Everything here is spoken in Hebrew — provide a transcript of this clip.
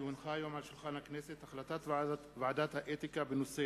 כי הונחה היום על שולחן הכנסת החלטת ועדת האתיקה בנושא: